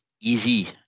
easy